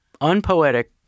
unpoetic